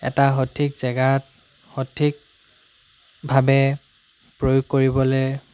এটা সঠিক জেগাত সঠিকভাৱে প্ৰয়োগ কৰিবলৈ